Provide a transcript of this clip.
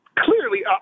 Clearly